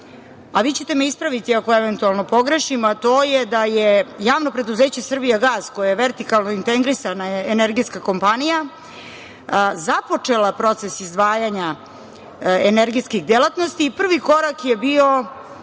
a vi ćete me ispraviti ako eventualno pogrešim, a to je da je Javno preduzeće „Srbijagas“, koje je vertikalno integrisana energetska kompanija, započela proces izdvajanja energetskih delatnosti i prvi korak je bio